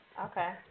Okay